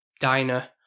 diner